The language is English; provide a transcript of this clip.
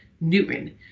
Newton